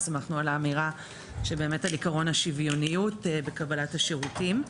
ושמחנו על האמירה שבאמת על עקרון השוויוניות בקבלת השירותים.